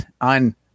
on